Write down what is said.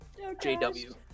JW